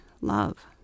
love